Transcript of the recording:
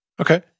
Okay